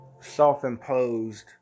self-imposed